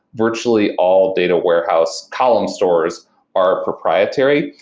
virtually all data warehouse column stores are proprietary.